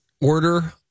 Order